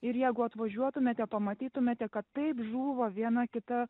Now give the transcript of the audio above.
ir jeigu atvažiuotumėte pamatytumėte kad taip žūva viena kita